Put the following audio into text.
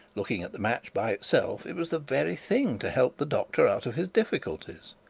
looking at the match by itself, it was the very thing to help the doctor out of his difficulties.